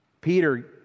Peter